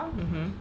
mmhmm